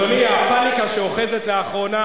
אדוני, הפניקה שאוחזת לאחרונה